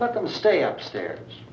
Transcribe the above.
let them stay up stairs